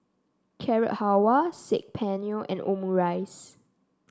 Carrot Halwa Saag Paneer and Omurice